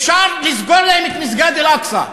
אפשר לסגור להם את מסגד אל-אקצא.